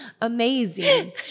Amazing